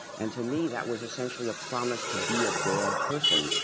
and to me that was essentially a promise to be a bad person,